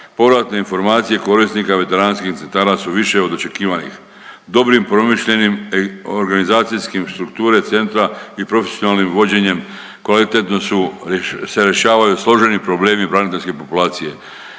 Povratne informacije korisnika veteranskih centara su više od očekivanih. Dobrim promišljenim organizacijskim strukture centra i profesionalnim vođenje kvalitetno su se rješavaju složeni problemi braniteljske populacije.